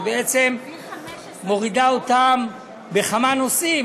שבעצם מורידה אותם בכמה נושאים,